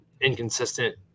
inconsistent